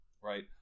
Right